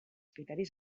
criteris